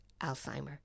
Alzheimer